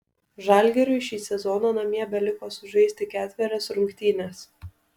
žalgiriui šį sezoną namie beliko sužaisti ketverias rungtynes